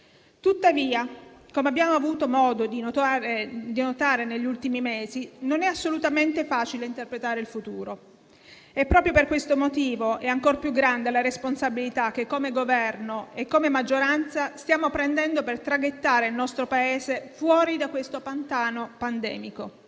Tuttavia, come abbiamo avuto modo di notare negli ultimi mesi, non è assolutamente facile interpretare il futuro. Proprio per questo motivo è ancor più grande la responsabilità che, come Governo e come maggioranza, ci stiamo assumendo per traghettare il nostro Paese fuori da questo pantano pandemico.